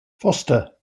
foster